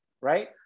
right